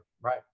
Right